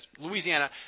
Louisiana